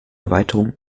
erweiterung